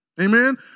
Amen